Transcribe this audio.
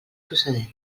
procedent